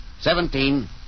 seventeen